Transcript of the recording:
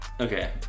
Okay